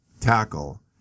tackle